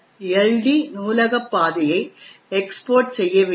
D நூலக பாதையை export செய்ய வேண்டும்